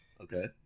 Okay